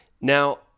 now